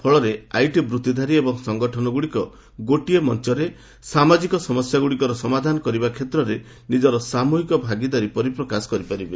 ଫଳରେ ଆଇଟି ବୂତ୍ତିଧାରୀ ଏବଂ ସଂଗଠନଗୁଡ଼ିକ ଗୋଟିଏ ମଞ୍ଚରେ ସାମାଜିକ ସମସ୍ୟାଗୁଡ଼ିକର ସମାଧାନ କରିବା କ୍ଷେତ୍ରରେ ନିଜର ସାମୃହିକ ଭାଗିଦାରୀ ପ୍ରକାଶ କରିପାରିବେ